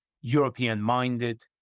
European-minded